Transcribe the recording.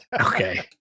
Okay